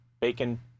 bacon